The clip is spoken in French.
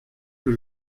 que